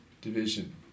division